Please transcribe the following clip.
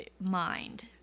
mind